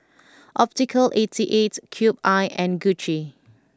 Optical Eighty Eight Cube I and Gucci